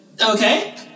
okay